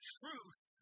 truth